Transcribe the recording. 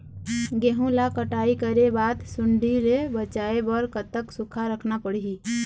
गेहूं ला कटाई करे बाद सुण्डी ले बचाए बर कतक सूखा रखना पड़ही?